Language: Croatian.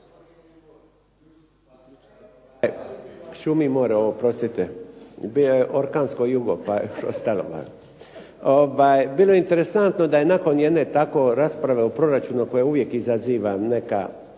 šumi more, oprostite. Bio je orkansko jugo pa je ostalo bar. Bilo je interesantno da je nakon jedne tako rasprave o proračunu koja uvije izaziva neka